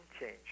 change